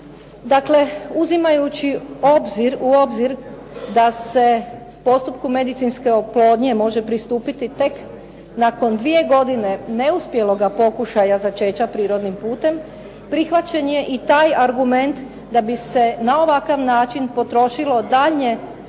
Dakle, uzimajući u obzir da se postupku medicinske oplodnje može pristupiti tek nakon 2 godine neuspjeloga pokušaja začeća prirodnim putem prihvaćen je i taj argument da bi se na ovakav način potrošilo daljnje